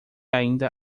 ainda